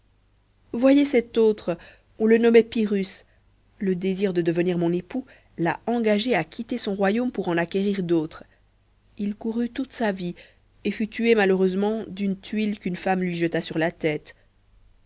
voyez cet autre on le nommait pyrrhus le désir de devenir mon époux l'a engagé à quitter son royaume pour en acquérir d'autres il courut toute sa vie et fut tué malheureusement d'une tuile qu'une femme lui jeta sur la tête